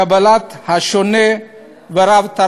קבלת השונה ורב-תרבותיות.